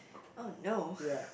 oh no